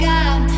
God